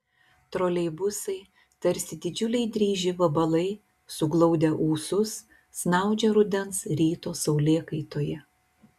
troleibusai tarsi didžiuliai dryži vabalai suglaudę ūsus snaudžia rudens ryto saulėkaitoje